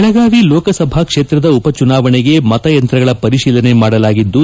ಬೆಳಗಾವಿ ಲೋಕಸಭಾ ಕ್ಷೇತ್ರದ ಉಪಚುನಾವಣೆಗೆ ಮತಯಂತ್ರಗಳ ಪಂಠೀಲನೆ ಮಾಡಲಾಗಿದ್ದು